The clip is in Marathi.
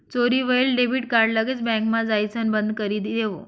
चोरी व्हयेल डेबिट कार्ड लगेच बँकमा जाइसण बंदकरी देवो